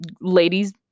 ladies